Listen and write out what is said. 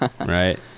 right